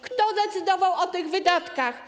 Kto decydował o tych wydatkach?